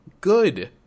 good